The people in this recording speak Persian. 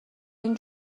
این